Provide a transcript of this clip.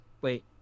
Wait